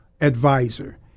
advisor